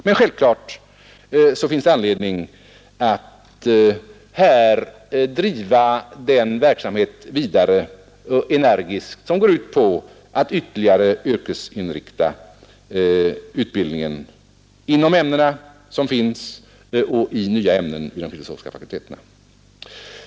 Men självfallet finns det anledning att energiskt driva den verksamhet vidare som går ut på att ytterligare yrkesinrikta utbildningen inom de ämnen som finns och i nya ämnen vid de filosofiska fakulteterna.